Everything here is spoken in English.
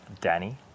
Danny